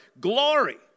glory